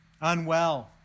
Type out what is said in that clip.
unwell